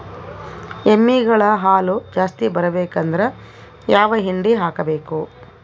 ಎಮ್ಮಿ ಗಳ ಹಾಲು ಜಾಸ್ತಿ ಬರಬೇಕಂದ್ರ ಯಾವ ಹಿಂಡಿ ಹಾಕಬೇಕು?